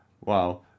Wow